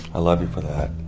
i love you for that.